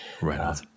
Right